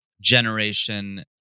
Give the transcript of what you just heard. generation